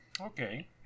Okay